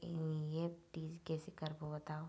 NEFT कैसे करबो बताव?